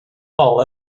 all